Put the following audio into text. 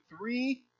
three